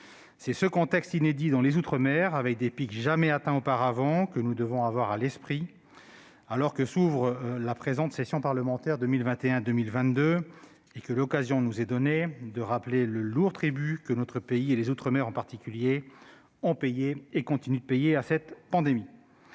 C'est ce contexte inédit dans les outre-mer, avec des pics jamais atteints auparavant, que nous devons avoir à l'esprit, alors que s'ouvre la présente session parlementaire 2021-2022 et que l'occasion nous est offerte de rappeler le lourd tribut que notre pays, et les outre-mer en particulier, a payé et continue de payer à cette pandémie.